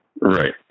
Right